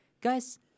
guys